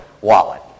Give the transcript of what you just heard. wallet